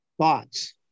thoughts